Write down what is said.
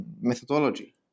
methodology